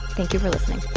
thank you for listening